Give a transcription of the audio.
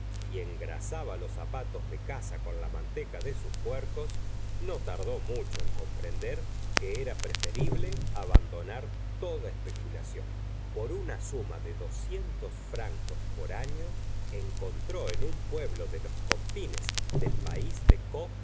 y engrasaba los zapatos de caza con la manteca de sus puercos no tardó mucho en comprender que era preferible abandonar toda especulación por una suma de doscientos francos por año encontró en un pueblo de los confines del país de caux